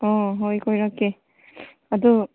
ꯍꯣꯏ ꯀꯣꯏꯔꯛꯀꯦ ꯑꯗꯨ